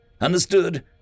Understood